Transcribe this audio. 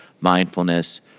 mindfulness